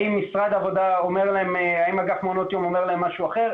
האם אגף מעונות יום אומר להם משהו אחר?